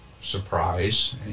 surprise